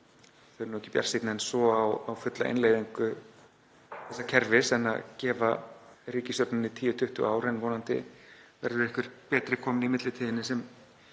þau eru ekki bjartsýnni en svo á fulla innleiðingu þessa kerfis en að gefa ríkisstjórninni 10–20 ár, en vonandi verður einhver betri komin í millitíðinni sem